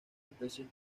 especies